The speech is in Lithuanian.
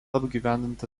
apgyvendinta